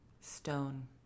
stone